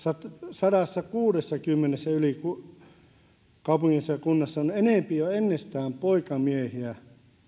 sadassakuudessakymmenessä kaupungissa ja kunnassa on enempi jo ennestään poikamiehiä